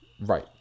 Right